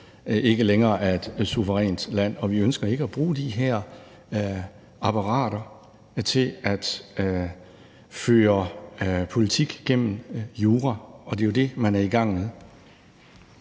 ikke længere er et suverænt land. Og vi ønsker ikke at bruge de her apparater til at føre politik gennem jura, og det er jo det, man er i gang med.